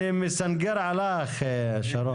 שרון.